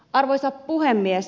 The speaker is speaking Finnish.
arvoisa puhemies